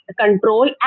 control